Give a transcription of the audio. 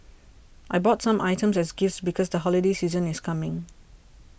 I bought some items as gifts because the holiday season is coming